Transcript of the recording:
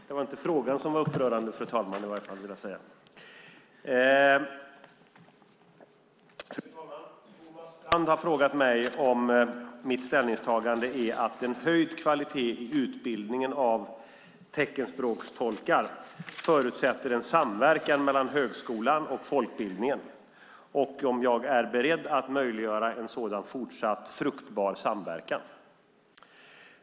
Fru talman! Thomas Strand har frågat mig om mitt ställningstagande är att en höjd kvalitet i utbildningen av teckenspråkstolkar förutsätter en samverkan mellan högskolan och folkbildningen och om jag är beredd att möjliggöra en sådan fortsatt fruktbar samverkan.